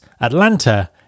Atlanta